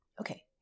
Okay